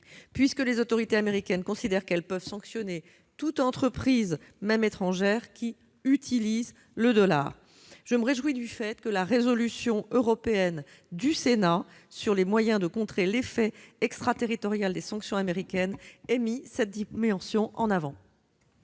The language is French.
puisque les autorités américaines considèrent qu'elles peuvent sanctionner toute entreprise, même étrangère, qui utilise le dollar. Je me réjouis que la résolution européenne du Sénat sur les moyens de contrer l'effet extraterritorial des sanctions américaines ait mis cette dimension en avant.